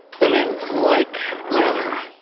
that in like manner,